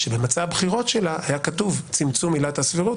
שבמצע הבחירות שלה היה כתוב "צמצום עילת הסבירות,